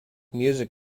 music